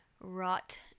rot